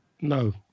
No